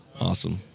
Awesome